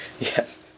Yes